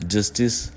Justice